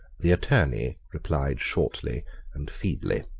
the attorney replied shortly and feebly.